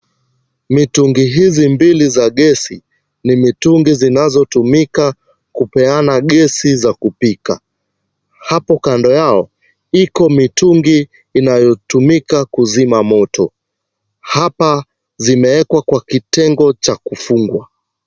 Mitungi hizi mbili za gesi ni mitungi zinazotumika kupeana gesi za kupika, hapo kando yao iko mitungi inayotumika kuzima moto. Hapa zimewekwa kwa kitengo cha kufungwa.